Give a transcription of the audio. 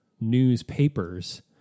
newspapers